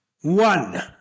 one